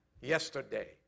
yesterday